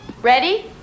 Ready